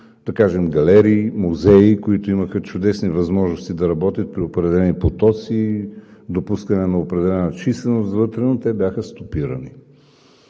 галерии, музеи, които имаха чудесни възможности да работят при определени потоци, допускане на определена численост вътре, но те бяха стопирани.